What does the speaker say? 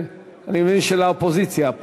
אני מבין ששל האופוזיציה הפעם,